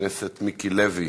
הכנסת סמוטריץ,